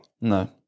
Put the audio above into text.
No